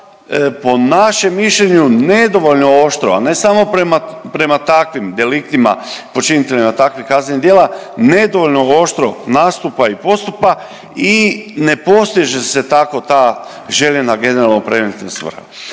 po našem mišljenju nedovoljno oštro, a ne samo prema, prema takvim deliktima, počiniteljima takvih kaznenih djela nedovoljno oštro nastupa i postupa i ne postiže se tako ta željena generalno preventivna svrha.